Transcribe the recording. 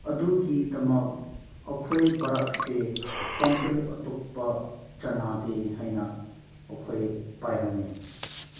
ꯑꯗꯨꯒꯤꯗꯃꯛ ꯑꯩꯈꯣꯏ ꯚꯥꯔꯠꯁꯦ ꯀꯟꯇ꯭ꯔꯤ ꯑꯇꯣꯞꯄ ꯆꯠꯅꯗꯦ ꯍꯥꯏꯅ ꯑꯩꯈꯣꯏ ꯄꯥꯏꯔꯝꯃꯤ